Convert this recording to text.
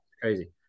crazy